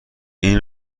این